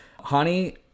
Hani